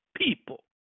people